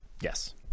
Yes